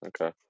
Okay